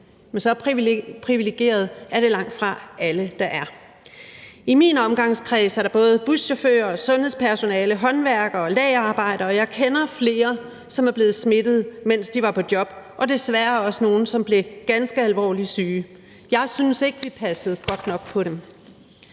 Men så privilegeret er det langtfra alle, der er. I min omgangskreds er der både buschauffører, sundhedspersonale, håndværkere og lagerarbejdere, og jeg kender flere, som er blevet smittet, mens de var på job, og desværre også nogle, som blev ganske alvorligt syge. Jeg synes ikke, vi passede godt nok på dem.